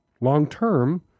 long-term